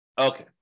Okay